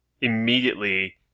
immediately